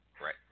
Right